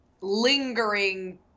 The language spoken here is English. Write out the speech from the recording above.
lingering